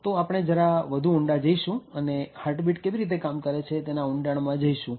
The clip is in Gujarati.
તો આપણે જરા વધુ ઊંડા જઈશું હાર્ટબીટ કેવી રીતે કામ કરે છે તેના ઊંડાણમાં જઈશું